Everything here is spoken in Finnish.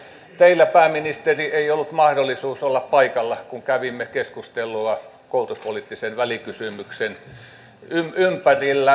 teillä pääministeri ei ollut mahdollisuutta olla paikalla kun kävimme keskustelua koulutuspoliittisen välikysymyksen ympärillä